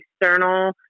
external